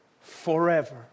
Forever